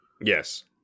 Yes